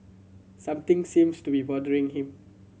something seems to be bothering him